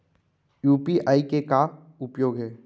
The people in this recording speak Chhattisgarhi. यू.पी.आई के का उपयोग हे?